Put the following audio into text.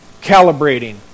calibrating